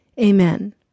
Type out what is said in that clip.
Amen